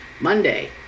Monday